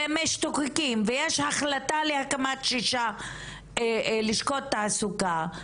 משתוקקים ויש החלטה להקמת שישה לשכות תעסוקה,